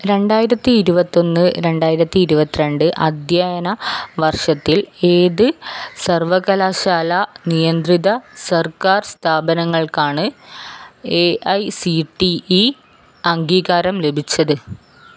രണ്ടായിരത്തി ഇരുപത്തൊന്ന് രണ്ടായിരത്തി ഇരുപത്തിരണ്ട് അദ്ധ്യയന വർഷത്തിൽ ഏത് സർവകലാശാല നിയന്ത്രിത സർക്കാർ സ്ഥാപനങ്ങൾക്കാണ് A I C T E അംഗീകാരം ലഭിച്ചത്